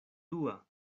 dua